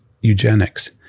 eugenics